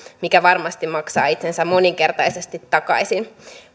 mikä varmasti maksaa itsensä moninkertaisesti takaisin